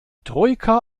troika